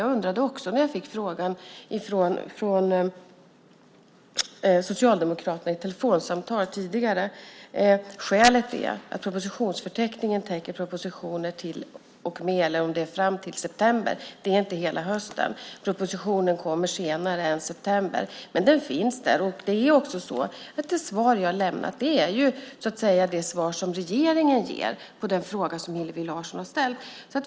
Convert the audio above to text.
Jag undrade det också när jag fick frågan från Socialdemokraterna i ett telefonsamtal. Skälet är att propositionsförteckningen täcker propositioner till och med - eller fram till - september. Det är inte hela hösten. Propositionen kommer senare än september. Men den finns där. Det svar jag har lämnat är det svar som regeringen ger på den fråga som Hillevi Larsson har ställt.